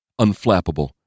unflappable